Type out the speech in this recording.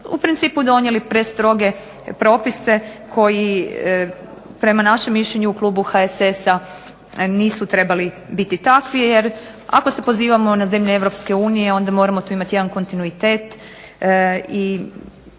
u principu donijeli prestroge propise koji prema našem mišljenju u klubu HSS-a nisu trebali biti takvi, jer ako se pozivamo na zemlje Europske unije, onda moramo tu imati jedan kontinuitet